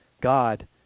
God